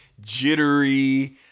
jittery